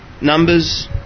numbers